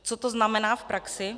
Co to znamená v praxi?